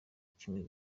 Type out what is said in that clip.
kimwe